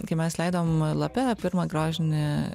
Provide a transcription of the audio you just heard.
kai mes leidom lape pirmą grožinį